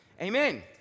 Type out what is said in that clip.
Amen